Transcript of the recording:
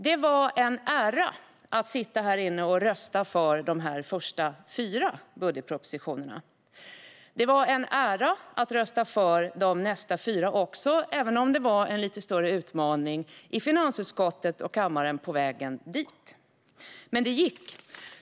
Det var en ära att få sitta här inne och rösta för dessa första fyra budgetpropositioner. Det var en ära att rösta för nästa fyra också, även om det var en lite större utmaning i finansutskottet och kammaren på vägen dit. Men det gick.